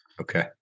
Okay